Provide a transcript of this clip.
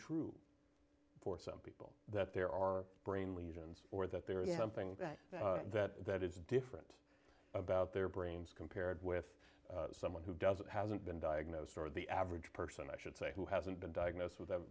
true for some people that there are brain lesions or that there is something that that that is different about their brains compared with someone who doesn't hasn't been diagnosed or the average person i should say who hasn't been diagnosed with